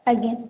ଆଜ୍ଞା